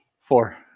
four